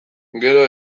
gero